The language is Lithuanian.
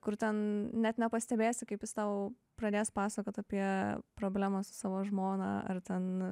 kur ten net nepastebėsi kaip jis tau pradės pasakot apie problemas su savo žmona ar ten